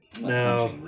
now